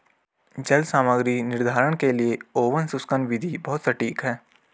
जल सामग्री निर्धारण के लिए ओवन शुष्कन विधि बहुत सटीक है